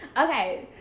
okay